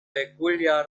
peculiar